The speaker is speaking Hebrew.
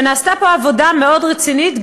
ונעשתה פה עבודה מאוד רצינית.